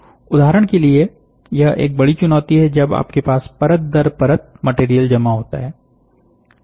उदाहरण के लिए यह एक बड़ी चुनौती है जब आपके पास परत दर परत मटेरियल जमा होता है